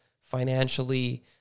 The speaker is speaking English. financially